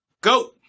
Go